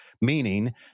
meaning